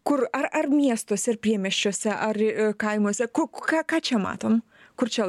kur ar ar miestuose ir priemiesčiuose ar kaimuose ku ką ką čia matom kur čia